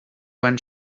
when